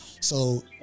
So-